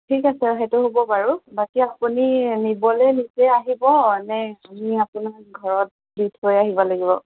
ঠিক আছে সেইটো হ'ব বাৰু বাকী আপুনি নিবলৈ নিজেই আহিব নে আমি আপোনাক ঘৰত দি থৈ আহিব লাগিব